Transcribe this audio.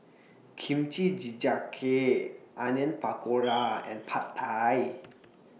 Kimchi Jjigae Onion Pakora and Pad Thai